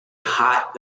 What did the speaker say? hot